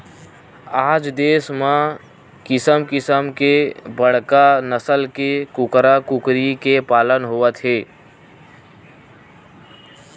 आज देस म किसम किसम के बड़का नसल के कूकरा कुकरी के पालन होवत हे